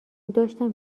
داشتم